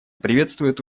приветствует